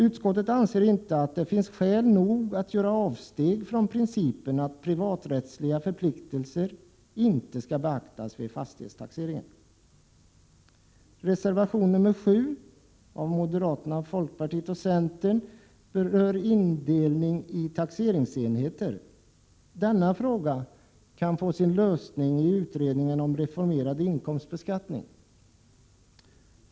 Utskottet anser inte att det finns skäl nog att göra avsteg från principen att privaträttsliga förpliktelser inte skall beaktas vid fastighetstaxeringen. Reservation nr 7 av moderater, folkpartister och centerpartister rör indelning i taxeringsenheter. Denna fråga kan få sin lösning i utredningen om reformerad inkomstbeskattning.